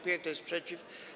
Kto jest przeciw?